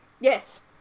Yes